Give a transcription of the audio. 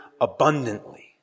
abundantly